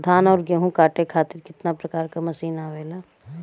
धान और गेहूँ कांटे खातीर कितना प्रकार के मशीन आवेला?